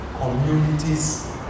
communities